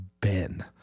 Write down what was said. Ben